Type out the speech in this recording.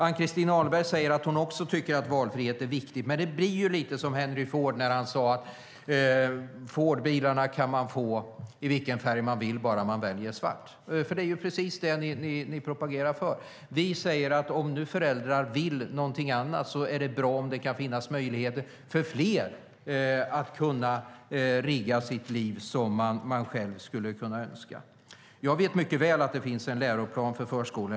Ann-Christin Ahlberg säger att även hon tycker att valfrihet är viktigt, men det blir lite som när Henry Ford sade att man kunde få Fordbilarna i vilken färg man ville, bara man valde svart. Det är ju precis det ni propagerar för. Om nu föräldrar vill någonting annat säger vi att det är bra om det kan finnas möjligheter för fler att ordna sina liv som de själva önskar. Jag vet mycket väl att det finns en läroplan för förskolan.